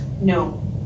No